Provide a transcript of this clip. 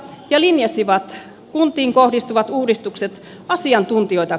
eliasivat kuntiin kohdistuvat uudistukset asiantuntijoita